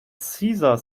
cesar